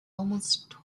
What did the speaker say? almost